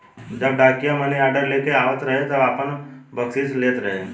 जब डाकिया मानीऑर्डर लेके आवत रहे तब आपन बकसीस लेत रहे